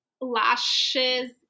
lashes